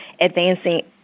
advancing